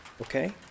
okay